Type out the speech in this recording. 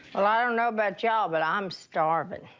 and i don't know about y'all, but i'm starving.